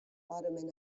ottoman